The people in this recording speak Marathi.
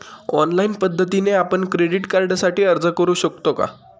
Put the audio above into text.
ऑनलाईन पद्धतीने आपण क्रेडिट कार्डसाठी अर्ज करु शकतो का?